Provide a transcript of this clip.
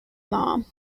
mom